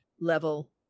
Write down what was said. level